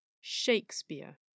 Shakespeare